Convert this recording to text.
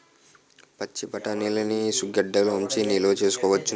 పచ్చిబఠాణీలని ఇసుగెడ్డలలో ఉంచి నిలవ సేసుకోవచ్చును